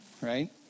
Right